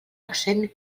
accent